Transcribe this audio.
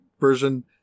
version